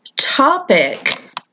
topic